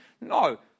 No